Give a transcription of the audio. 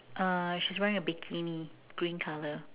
uh she's wearing a bikini green color